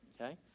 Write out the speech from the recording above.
Okay